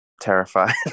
terrified